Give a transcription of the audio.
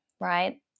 Right